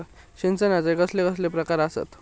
सिंचनाचे कसले कसले प्रकार आसत?